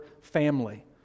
family